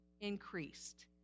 increased